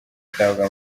atabwa